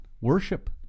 worship